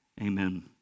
Amen